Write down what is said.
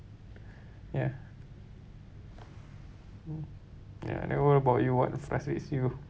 ya ya and then what about you what frustrates you